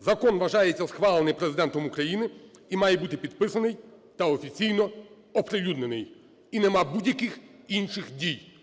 закон вважається схвалений Президентом України і має бути підписаний та офіційно оприлюднений, і нема будь-яких інших дій.